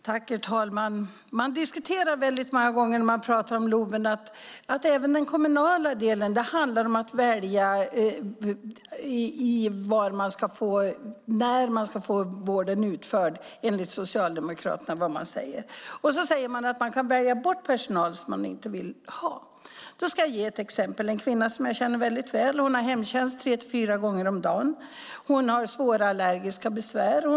Herr talman! Många gånger när LOV diskuteras pratar Socialdemokraterna om att även den kommunala delen handlar om att välja när man ska få vården utförd. Sedan säger de att man kan välja bort personal som man inte vill ha. Då ska jag ge ett exempel. En kvinna som jag känner väl har hemtjänst tre fyra gånger om dagen. Hon har svåra allergiska besvär.